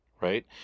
right